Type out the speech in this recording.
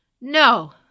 No